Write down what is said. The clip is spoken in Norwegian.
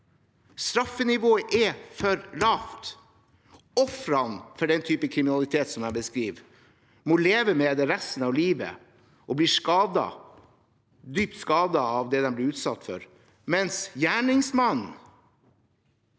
Straffenivået er for lavt. Ofrene for den typen kriminalitet som jeg beskriver, må leve med det resten av livet og blir skadet, dypt skadet, av det de ble utsatt for, mens gjerningsmannen